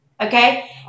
okay